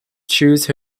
choose